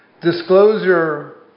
Disclosure